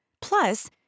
Plus